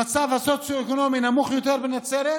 המצב הסוציו-אקונומי נמוך יותר בנצרת